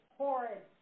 horrid